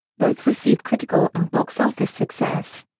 both received critical and box office success.